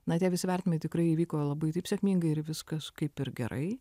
na tie visi vertinimai tikrai įvyko labai taip sėkmingai ir viskas kaip ir gerai